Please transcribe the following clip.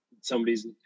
somebody's